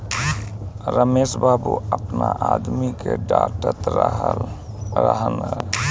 रमेश बाबू आपना आदमी के डाटऽत रहलन